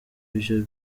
ivyo